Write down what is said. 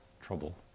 trouble